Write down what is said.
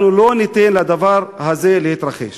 אנחנו לא ניתן לדבר הזה להתרחש.